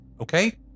okay